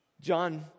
John